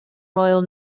royal